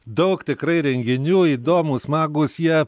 daug tikrai renginių įdomūs smagūs jie